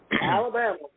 Alabama